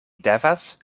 devas